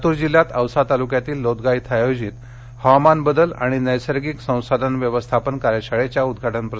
लातूर जिल्ह्यात औसा तालुक्यातील लोदगा इथ आयोजित हवामान बदल आणि नैसर्गिक संसाधन व्यवस्थापन कार्यशाळेच्या उद्घाटन प्रसंगी ते काल बोलत होते